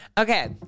Okay